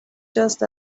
just